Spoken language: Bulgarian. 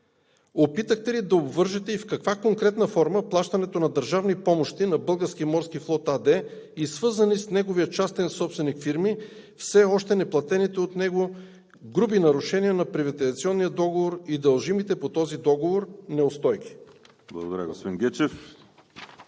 Опитахте ли да обвържете, и в каква конкретна форма, плащането на държавни помощи на „Български морски флот“ АД и свързаните с неговия частен собственик фирми и все още неплатените от него груби нарушения на приватизационния договор и дължимите по този договор неустойки?